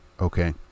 okay